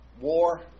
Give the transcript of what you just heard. war